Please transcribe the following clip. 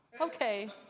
Okay